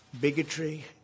bigotry